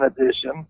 edition